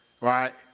right